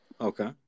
okay